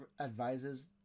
advises